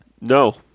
No